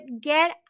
get